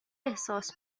احساس